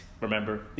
remember